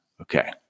okay